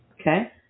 Okay